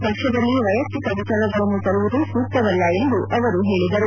ಪಕ್ಷದಲ್ಲಿ ವೈಯುಕ್ತಿಕ ವಿಚಾರಗಳನ್ನು ತರುವುದು ಸೂಕ್ತವಲ್ಲ ಎಂದು ಹೇಳಿದರು